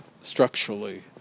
structurally